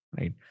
right